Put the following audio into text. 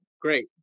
great